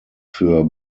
für